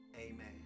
Amen